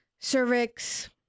cervix